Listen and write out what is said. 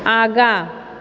आगाँ